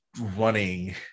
running